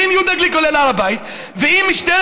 ואם יהודה גליק עולה להר הבית ואם משטרת